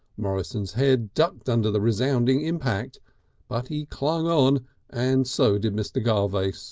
morrison's head ducked under the resounding impact but he clung on and so did mr. garvace.